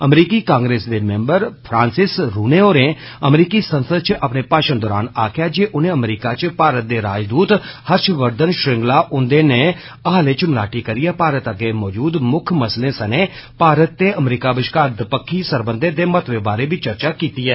अमरीकी कांग्रेस दे member Francis Rooney होरें अमरीकी संसद च अपने भाशण दौरान आखेआ जे उनें अमरीका च भारत दे राजदूत हर्षवर्धन श्रृंगला हंदेख्नै हाल च मलाटी करियै भारत अग्गे मौजूद मुक्ख मसलें सने भारत ते अमरीका बश्कार दपक्खी सरबंधें दे महत्वै बारै बी चर्चा कीती ऐ